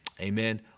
Amen